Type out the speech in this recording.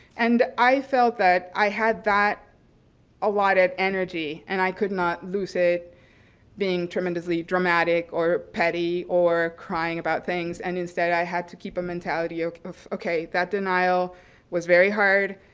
and i felt that i had that a lot of energy and i could not lose it being tremendously dramatic or petty or crying about things, and instead i had to keep a mentality of, okay, that denial was very hard.